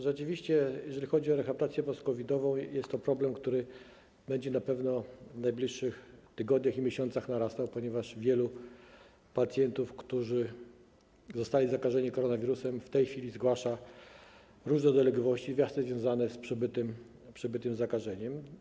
Rzeczywiście jeżeli chodzi o rehabilitację post-COVID-ową, jest to problem, który będzie na pewno w najbliższych tygodniach i miesiącach narastał, ponieważ wielu pacjentów, którzy zostali zakażeni koronawirusem, w tej chwili zgłasza różne dolegliwości właśnie związane z przebytym zakażeniem.